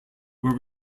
were